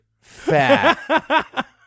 fat